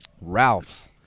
Ralph's